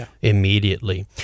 immediately